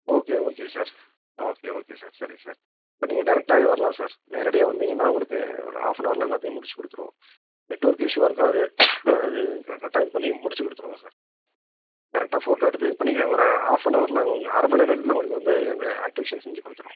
okay okay sir okay okay sir சரிங்க sir இப்போ நீங்கள் டேரெக்ட்டாவே வரலாம் சார் நேரடியாக வந்தீங்கன்னால் உங்களுக்கு ஒரு ஆஃப் அண்ட் அவரில் எல்லாத்தையும் முடித்து கொடுத்துருவோம் நெட்ஒர்க் இஷ்யூவாக இருக்காது அது கரெக்டாக இது பண்ணி முடித்து கொடுத்துருவோம் சார் கரெக்டாக ஃபோட்டோ எடுத்து இது பண்ணி ஒரு ஆஃப் அண்ட் அவரில் உங்களுக்கு அரை மணி நேரத்தில் உங்களுக்கு வந்து அந்த ஆக்டிவேஷன் செஞ்சுக் கொடுத்துருவோம்